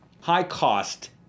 high-cost